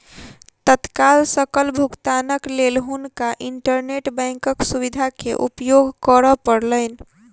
तत्काल सकल भुगतानक लेल हुनका इंटरनेट बैंकक सुविधा के उपयोग करअ पड़लैन